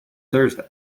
thursday